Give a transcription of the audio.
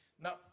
Now